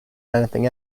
anything